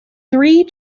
three